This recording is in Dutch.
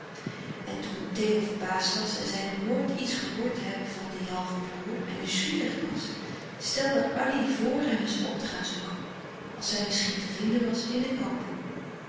en toen theo verbaasd was en zeide nooit iets gehoord te hebben van dien halven broêr en nieuwsgierig was stelde addy voor hem eens op te gaan zoeken als hij misschien te vinden was in de kampong